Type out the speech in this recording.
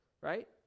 right